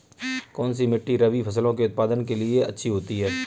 कौनसी मिट्टी रबी फसलों के उत्पादन के लिए अच्छी होती है?